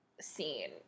scene